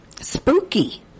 spooky